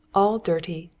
all dirty,